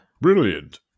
Brilliant